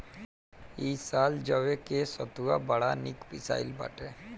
इ साल जवे के सतुआ बड़ा निक पिसाइल बाटे